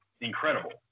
incredible